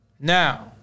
Now